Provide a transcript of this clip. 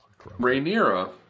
Rhaenyra